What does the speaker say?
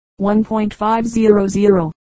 1.500